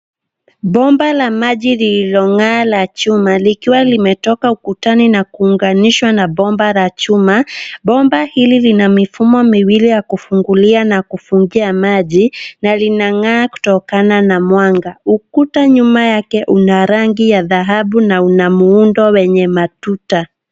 Bomba la maji lililong'aa la chuma likiwa limetoka ukutani na kuunganishwa na bomba la chuma. Bomba hili lina mifumo miwili ya kufungulia na kufungia maji na linang'aa kutokana na mwanga. Ukuta nyuma yake una rangi ya dhahabu na una muundo wenye matuta.